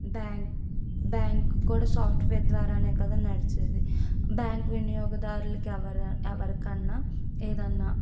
bank bank కూడా software ద్వారానే కదా నడిచేది బ్యాంక్ వినియోగదారులకి ఎవర ఎవరికన్నా ఏదైనా